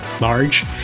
large